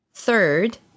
Third